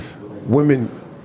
women